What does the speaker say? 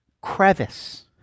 crevice